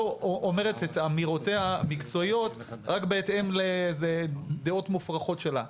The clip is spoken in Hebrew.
לא אומרת את אמירותיה המקצועיות רק בהתאם לאיזה דעות מופרכות שלה.